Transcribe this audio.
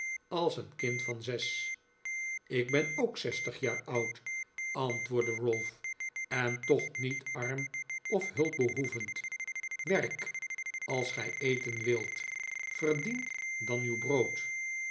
als een kind van zes ik ben ook zestig jaar oud antwoordde ralph en toch niet arm of hulpbehoevend werk als gij eteh wilt verdien dan uw brood